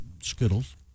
Skittles